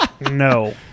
No